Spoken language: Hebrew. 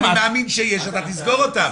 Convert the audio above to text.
ומטעמים שיש אתה תסגור אותם.